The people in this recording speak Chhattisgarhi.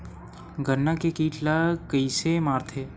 गन्ना के कीट ला कइसे मारथे?